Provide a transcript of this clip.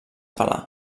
pelar